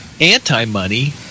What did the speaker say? anti-money